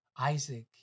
Isaac